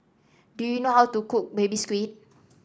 do you know how to cook Baby Squid